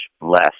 less